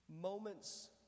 moments